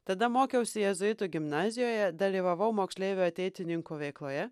tada mokiausi jėzuitų gimnazijoje dalyvavau moksleivių ateitininkų veikloje